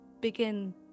begin